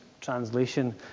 translation